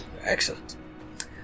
Excellent